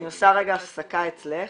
אני עושה רגע הפסקה אצלך,